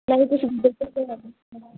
ਨਾ ਹੀ ਤੁਸੀਂ ਗੂਗਲ ਪੇ ਚਲਾਉਂਦੇ